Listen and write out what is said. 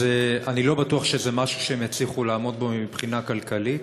אז אני לא בטוח שזה משהו שהם יצליחו לעמוד בו מבחינה כלכלית.